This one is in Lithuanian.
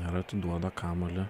ar atiduoda kamuolį